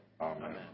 Amen